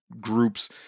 groups